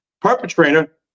perpetrator